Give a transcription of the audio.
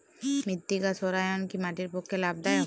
মৃত্তিকা সৌরায়ন কি মাটির পক্ষে লাভদায়ক?